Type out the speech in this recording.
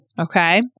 Okay